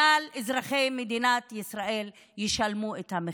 כלל אזרחי מדינת ישראל ישלמו את המחיר,